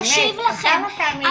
נשיב לכם.